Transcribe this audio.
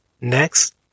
Next